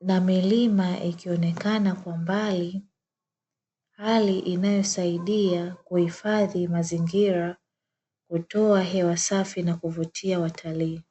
na milima ikionekana kwa mbali, hali inayosaidia kuhifadhi mazingira, kutoa hewa safi na kuvutia watalii.